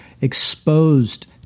exposed